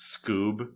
Scoob